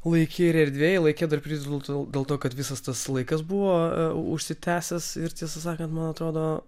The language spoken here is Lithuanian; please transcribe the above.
laike ir erdvėje laike dar plius dėl to kad visas tas laikas buvo užsitęsęs ir tiesą sakant man atrodo